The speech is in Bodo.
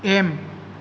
एम